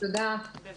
הישיבה ננעלה